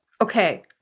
Okay